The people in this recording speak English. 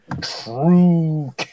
true